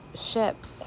ships